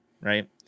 Right